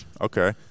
Okay